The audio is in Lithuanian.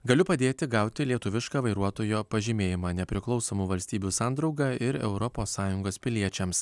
galiu padėti gauti lietuvišką vairuotojo pažymėjimą nepriklausomų valstybių sandrauga ir europos sąjungos piliečiams